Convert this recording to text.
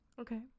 Okay